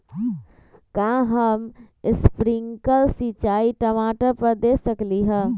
का हम स्प्रिंकल सिंचाई टमाटर पर दे सकली ह?